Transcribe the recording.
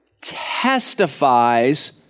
testifies